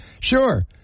sure